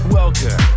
welcome